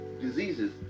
diseases